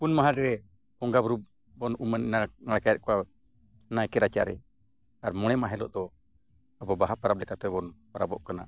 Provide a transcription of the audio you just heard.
ᱯᱩᱱ ᱢᱟᱦᱟᱨᱮ ᱵᱚᱸᱜᱟᱼᱵᱩᱨᱩ ᱵᱚᱱ ᱩᱢ ᱱᱟᱲᱠᱟ ᱱᱟᱲᱠᱟᱭᱮᱫ ᱠᱚᱣᱟ ᱱᱟᱭᱠᱮ ᱨᱟᱪᱟᱨᱮ ᱟᱨ ᱢᱚᱬᱮ ᱢᱟᱦᱟ ᱦᱤᱞᱳᱜ ᱫᱚ ᱟᱵᱚ ᱵᱟᱦᱟ ᱯᱚᱨᱚᱵᱽ ᱞᱮᱠᱟ ᱛᱮᱵᱚᱱ ᱯᱚᱨᱚᱵᱚᱜ ᱠᱟᱱᱟ